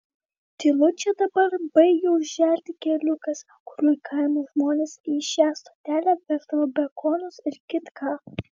tylu čia dabar baigia užželti keliukas kuriuo kaimo žmonės į šią stotelę veždavo bekonus ir kitką